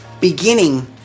Beginning